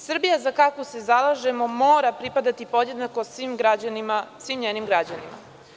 Srbija za kakvu se zalažemo mora pripadati podjednako svim njenim građanima.